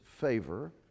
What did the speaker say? favor